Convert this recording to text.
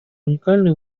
уникальную